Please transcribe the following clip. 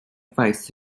faes